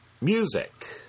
music